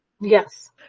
Yes